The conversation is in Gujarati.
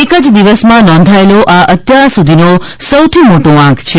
એક જ દિવસમાં નોંધાયેલો આ અત્યારસુધીનો સૌથી મોટો આંક છે